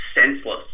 senseless